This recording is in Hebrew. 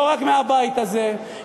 לא רק מהבית הזה,